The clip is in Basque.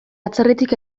atzerritik